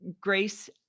Grace